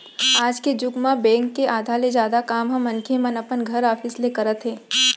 आज के जुग म बेंक के आधा ले जादा काम ल मनखे मन अपन घर, ऑफिस ले करत हे